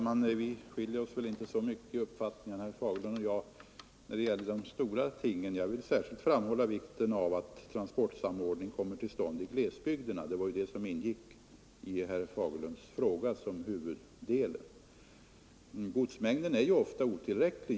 Herr talman! Det är inte så stor skillnad mellan herr Fagerlunds och min uppfattning när det gäller de stora tingen. Jag vill särskilt framhålla vikten av att transportsamordning kommer till stånd i glesbygderna — vilket var huvuddelen i herr Fagerlunds fråga. Godsmängden är där ofta otillräcklig.